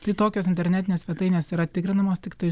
tai tokios internetinės svetainės yra tikrinamos tiktai